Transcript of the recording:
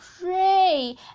pray